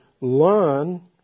learn